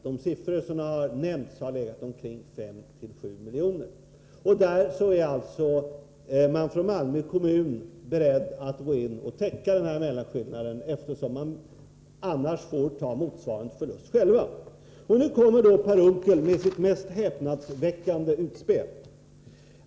Det belopp som nämnts i detta sammanhang är i stället 5-7 milj.kr. Malmö kommun är beredd att betala mellanskillnaden — annars skulle ju kommunen få motsvarande förlust. Sedan gör Per Unckel sitt mest häpnadsväckande utspel.